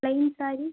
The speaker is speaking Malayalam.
പ്ലെയിൻ സാരി